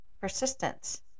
persistence